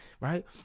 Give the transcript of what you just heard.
right